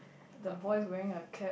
the boys wearing a cap